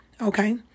Okay